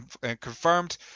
confirmed